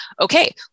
okay